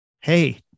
Hey